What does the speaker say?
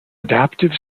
adaptive